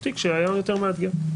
הוא תיק שהיה יותר מאתגר.